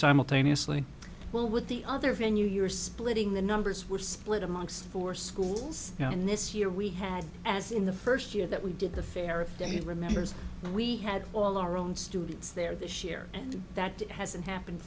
simultaneously well with the other venue you're splitting the numbers were split amongst four schools and this year we had as in the first year that we did the fair that he remembers we had all our own students there this year and that hasn't happened